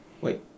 Wait